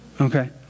Okay